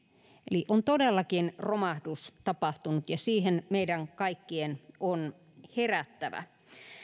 eli on todellakin tapahtunut romahdus ja siihen meidän kaikkien on herättävä